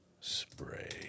spray